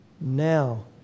now